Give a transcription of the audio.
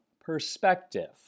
perspective